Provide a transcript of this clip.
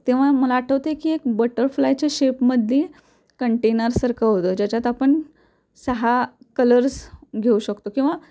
तेव्हा मला आठवते की एक बटरफ्लायच्या शेपमध्ये कंटेनरसारखं होतं ज्याच्यात आपण सहा कलर्स घेऊ शकतो किंवा